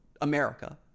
America